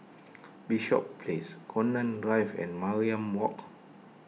Bishops Place Connaught Drive and Mariam Walk